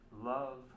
Love